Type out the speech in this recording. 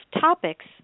topics –